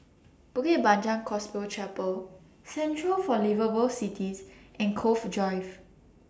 Bukit Panjang Gospel Chapel Centre For Liveable Cities and Cove Drive